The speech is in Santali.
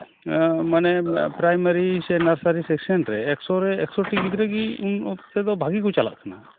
ᱢᱟᱱᱮ ᱯᱨᱟᱭᱢᱟᱨᱤ ᱥᱮ ᱱᱟᱨᱥᱟᱨᱤ ᱥᱮᱠᱥᱮᱱ ᱨᱮ ᱮᱠᱥᱚ ᱨᱮ ᱮᱠᱥᱚ ᱴᱤ ᱜᱤᱫᱽᱨᱟᱹ ᱜᱮ ᱩᱱ ᱚᱠᱛᱮ ᱫᱚ ᱵᱷᱟᱹᱜᱤ ᱠᱚ ᱪᱟᱞᱟᱜ ᱠᱟᱱᱟ